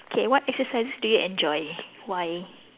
okay what exercises do you enjoy why